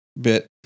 bit